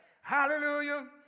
hallelujah